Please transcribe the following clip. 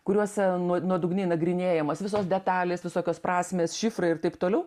kuriuose nuo nuodugniai nagrinėjamos visos detalės visokios prasmės šifrai ir taip toliau